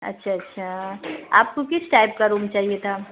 اچھا اچھا آپ کو کس ٹائپ کا روم چاہیے تھا